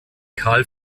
karl